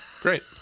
great